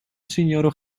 sinjoro